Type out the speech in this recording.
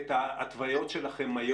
אתה יכול להבהיר את ההתוויות שלכם היום,